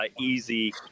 easy